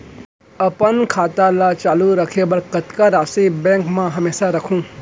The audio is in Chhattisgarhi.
अपन खाता ल चालू रखे बर कतका राशि बैंक म हमेशा राखहूँ?